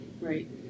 right